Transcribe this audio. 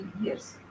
years